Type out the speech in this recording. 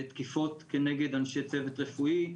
בתקיפות כנגד אנשי צוות רפואי,